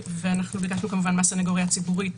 אנחנו ביקשנו כמובן מהסנגוריה הציבורית